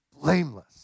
blameless